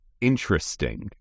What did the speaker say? interesting